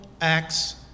acts